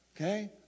Okay